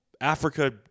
Africa